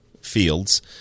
fields